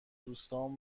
دوستام